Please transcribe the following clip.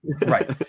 Right